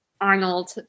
Arnold